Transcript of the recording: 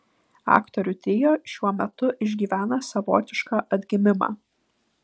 aktorių trio šiuo metu išgyvena savotišką atgimimą